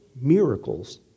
miracles